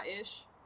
ish